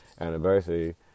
anniversary